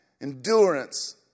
endurance